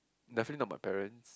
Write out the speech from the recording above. definitely not my parents